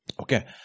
okay